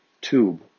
tube